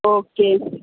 okay